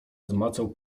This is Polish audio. zmacał